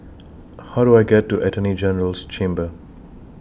How Do I get to Attorney General's Chambers